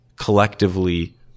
collectively